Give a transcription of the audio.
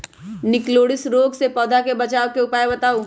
निककरोलीसिस रोग से पौधा के बचाव के उपाय बताऊ?